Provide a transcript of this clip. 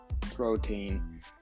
protein